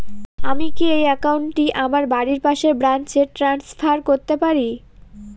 আমি কি এই একাউন্ট টি আমার বাড়ির পাশের ব্রাঞ্চে ট্রান্সফার করতে পারি?